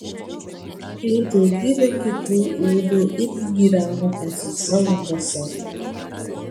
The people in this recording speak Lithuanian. ir daugybė kitų ūdrų irgi gyvena tamsiose landose